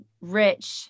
rich